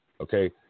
Okay